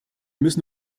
müssen